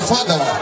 Father